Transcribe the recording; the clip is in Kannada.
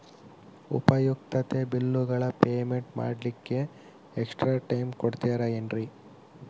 ಉಪಯುಕ್ತತೆ ಬಿಲ್ಲುಗಳ ಪೇಮೆಂಟ್ ಮಾಡ್ಲಿಕ್ಕೆ ಎಕ್ಸ್ಟ್ರಾ ಟೈಮ್ ಕೊಡ್ತೇರಾ ಏನ್ರಿ?